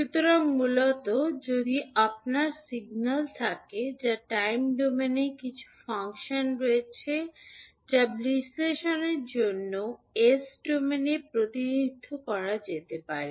সুতরাং মূলত যদি আপনার সিগন্যাল থাকে যা টাইম ডোমেনে কিছু ফাংশন রয়েছে যা বিশ্লেষণের জন্য এস ডোমেনে প্রতিনিধিত্ব করা যেতে পারে